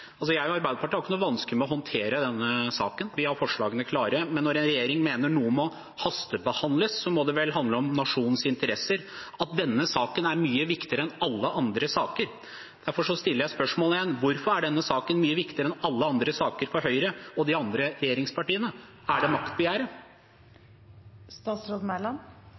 og Arbeiderpartiet er det ikke noe vanskelig å håndtere denne saken, vi har forslagene klare, men når en regjering mener at noe må hastebehandles, må det vel handle om nasjonens interesser, at denne saken er mye viktigere enn alle andre saker. Derfor stiller jeg spørsmålet igjen: Hvorfor er denne saken mye viktigere enn alle andre saker for Høyre og de andre regjeringspartiene? Er det